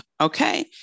okay